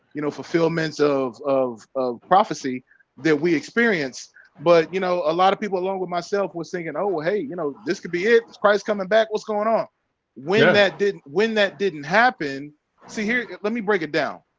you know fulfillments of of prophecy that we experience but you know a lot of people along with myself was singing oh, hey, you know this could be its christ coming back what's going on when that didn't when that didn't happen see here. let me break it down